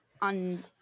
on